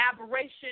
aberration